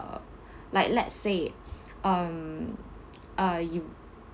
uh like let's say um uh you